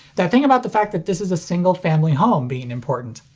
that thing about the fact that this is a single family home being important!